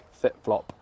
Fitflop